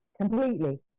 completely